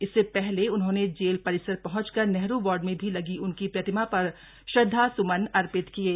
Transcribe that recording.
इससे पहले उन्होंने जेल परिसर पहुंचकर नेहरू वाई में लगी उनकी प्रतिमा पर श्रद्धा सुमन अर्पित किये